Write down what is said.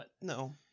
No